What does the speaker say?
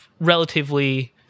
relatively